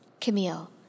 Camille